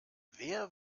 wer